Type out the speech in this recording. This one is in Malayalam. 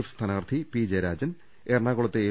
എഫ് സ്ഥാനാർത്ഥി പി ജയരാജൻ എറണാ കുളത്തെ എൽ